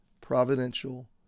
providential